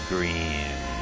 Green